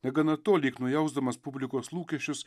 negana to lyg nujausdamas publikos lūkesčius